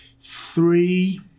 three